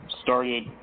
started